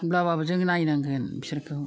होनब्लाबो जों नायनांगोन बिसोरखौ